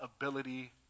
ability